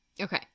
Okay